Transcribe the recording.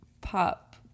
pop